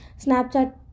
Snapchat